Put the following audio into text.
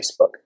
Facebook